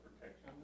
protection